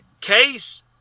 case